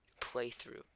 playthrough